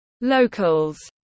locals